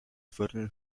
viertel